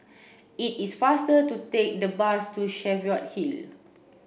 it is faster to take the bus to Cheviot Hill